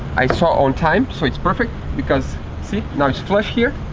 i saw it on time. so it's perfect because see now it's flush here.